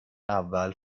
اول